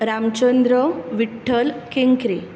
Ramchandra Vitthal Kenkre